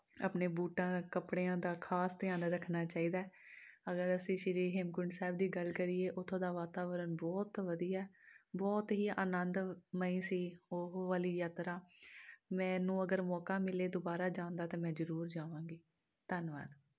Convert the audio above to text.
ਆਪਣੇ ਬੂਟਾਂ ਕੱਪੜਿਆਂ ਦਾ ਖਾਸ ਧਿਆਨ ਰੱਖਣਾ ਚਾਹੀਦਾ ਅਗਰ ਅਸੀਂ ਸ਼੍ਰੀ ਹੇਮਕੁੰਟ ਸਾਹਿਬ ਦੀ ਗੱਲ ਕਰੀਏ ਉੱਥੋਂ ਦਾ ਵਾਤਾਵਰਨ ਬਹੁਤ ਵਧੀਆ ਬਹੁਤ ਹੀ ਆਨੰਦਮਈ ਸੀ ਉਹ ਵਾਲੀ ਯਾਤਰਾ ਮੈਂ ਨੂੰ ਅਗਰ ਮੌਕਾ ਮਿਲੇ ਦੁਬਾਰਾ ਜਾਣ ਦਾ ਤਾਂ ਮੈਂ ਜ਼ਰੂਰ ਜਾਵਾਂਗੀ ਧੰਨਵਾਦ